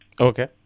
Okay